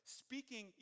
speaking